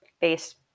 base